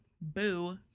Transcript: boo